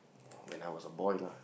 when I was a boy lah